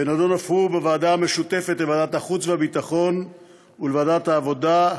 ונדון אף הוא בוועדה משותפת לוועדת החוץ והביטחון ולוועדת העבודה,